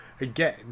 again